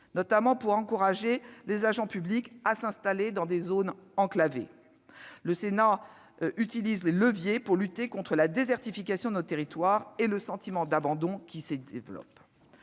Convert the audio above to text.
notamment pour encourager les agents publics à s'installer dans des zones enclavées. Le Sénat utilise ainsi les leviers pour lutter contre la désertification de nos territoires et le sentiment d'abandon qui s'y développe.